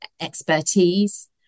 expertise